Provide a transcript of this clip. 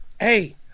Hey